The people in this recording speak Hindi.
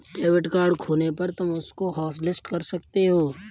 डेबिट कार्ड खोने पर तुम उसको हॉटलिस्ट कर सकती हो